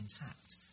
intact